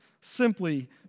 simply